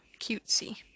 cutesy